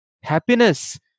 happiness